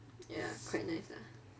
ya quite nice lah